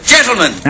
Gentlemen